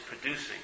producing